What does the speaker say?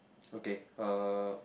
okay uh